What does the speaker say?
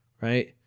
right